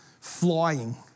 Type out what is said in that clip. flying